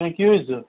হ্যাঁ কী হয়েছে